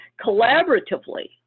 collaboratively